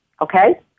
okay